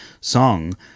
song